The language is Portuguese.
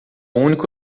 único